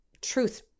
truth